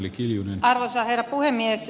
arvoisa herra puhemies